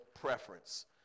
preference